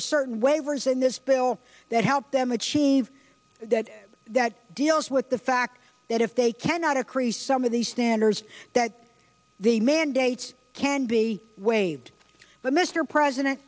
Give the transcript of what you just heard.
are certain waivers in this bill that help them achieve that that deals with the fact that if they cannot to crease some of these standards that the mandates can be waived but mr president